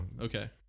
Okay